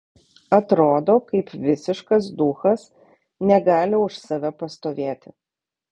atrodo kaip visiškas duchas negali už save pastovėti